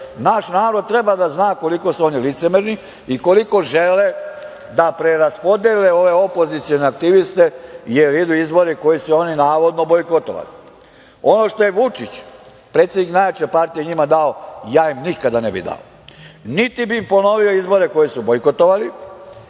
narod treba da zna koliko su oni licemerni i koliko žele da preraspodele ove opozicione aktiviste jer idu izbori koje su oni navodno bojkotovali. Ono što je Vučić, predsednik najjače partije, njima dao, ja im nikada ne bih dao. Niti bi im ponovio izbore koje su bojkotovali